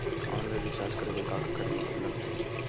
Online recharge करे बर का का करे ल लगथे?